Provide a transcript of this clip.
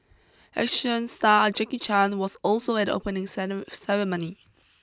action star Jackie Chan was also at opening ceremony